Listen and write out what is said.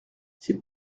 c’est